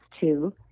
two